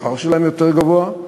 והשכר שלהם יותר גבוה,